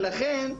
לכן,